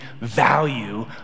value